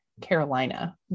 Carolina